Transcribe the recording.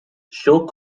show